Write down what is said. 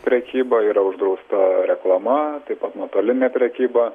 prekyba yra uždrausta reklama taip pat nuotolinė prekyba